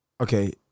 Okay